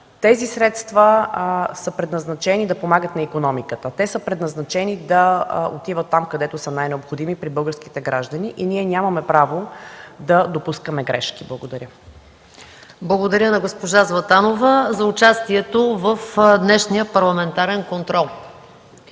тези средства са предназначени да помагат на икономиката. Те са предназначени да отиват там, където са най-необходими – пред българските граждани. Ние нямаме право да допускаме грешки. Благодаря. ПРЕДСЕДАТЕЛ МАЯ МАНОЛОВА: Благодаря на госпожа Златанова за участието й в днешния парламентарен контрол.